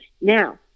Now